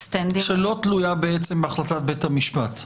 שלא תלויה בהחלטת בית המשפט.